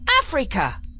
Africa